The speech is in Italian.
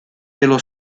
dello